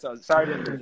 sorry